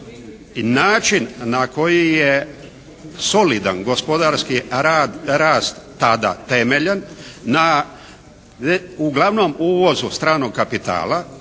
način na koji je solidan gospodarski rad rast tada temeljen na uglavnom uvozu stranog kapitala